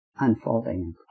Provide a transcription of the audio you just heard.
unfolding